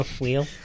wheel